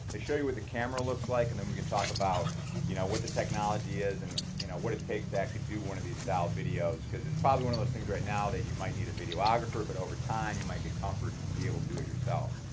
is show you where the camera looks like and and we can talk about you know what the technology is and you know what it takes actually do one of these style videos because it's probably one of those things right now that you might need a videographer. but over time you might get comfort be able to do it yourself.